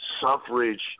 suffrage